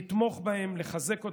לתמוך בהם, לחזק אותם,